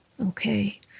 Okay